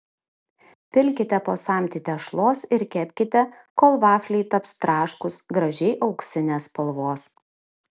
pilkite po samtį tešlos ir kepkite kol vafliai taps traškūs gražiai auksinės spalvos